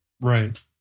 right